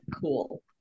cool